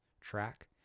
track